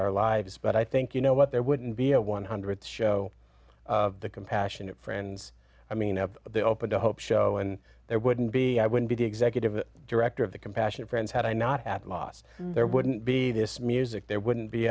our lives but i think you know what there wouldn't be a one hundred show the compassionate friends i mean up the open to hope show and there wouldn't be i would be the executive director of the compassionate friends had i not had lost there wouldn't be this music there wouldn't be